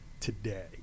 today